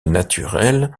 naturel